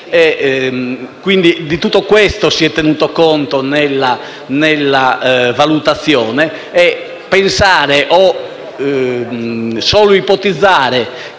offese. Di tutto questo si è tenuto conto nella valutazione. E pensare o solo ipotizzare